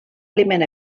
aliment